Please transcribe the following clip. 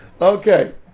Okay